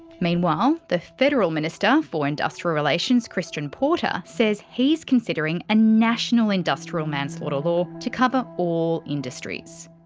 meanwhile the federal minister for industrial relations christian porter says he's considering a national industrial manslaughter law to cover all industries.